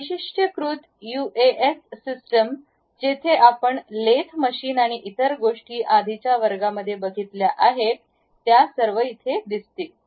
वैशिष्ट्यीकृत US system जिथे आपण लेथ मशीन आणि इतर गोष्टी आधीच्या वर्गामध्ये बघितल्या आहेत त्या इथेही दिसतील